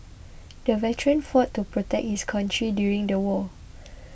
the veteran fought to protect his country during the war